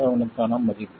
7க்கான மதிப்பு